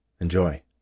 Enjoy